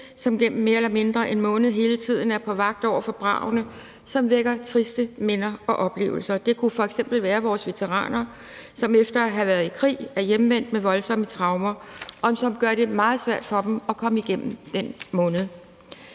man gennem mere eller mindre en måned hele tiden er på vagt over for bragene, som vækker triste minder og oplevelser. Det kunne f.eks. være vores veteraner, som efter at have været i krig er hjemvendt med voldsomme traumer, som gør det meget svært for dem at komme igennem den måned.